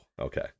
Okay